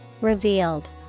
Revealed